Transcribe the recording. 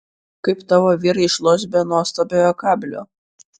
kaip tavo vyrai išloš be nuostabiojo kablio